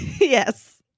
Yes